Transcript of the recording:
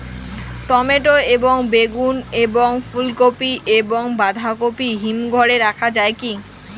Tomato এবং বেগুন এবং ফুলকপি এবং বাঁধাকপি হিমঘরে রাখা যায় কি?